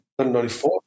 1994